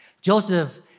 Joseph